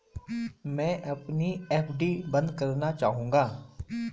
मैं अपनी एफ.डी बंद करना चाहूंगा